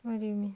what do you mean